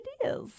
ideas